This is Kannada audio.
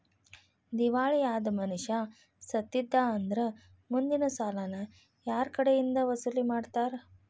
ದಿವಾಳಿ ಅದ್ ಮನಷಾ ಸತ್ತಿದ್ದಾ ಅಂದ್ರ ಮುಂದಿನ್ ಸಾಲಾನ ಯಾರ್ಕಡೆಇಂದಾ ವಸೂಲಿಮಾಡ್ತಾರ?